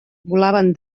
volaven